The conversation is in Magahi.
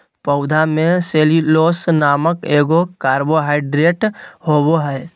पौधा में सेल्यूलोस नामक एगो कार्बोहाइड्रेट होबो हइ